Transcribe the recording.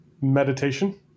meditation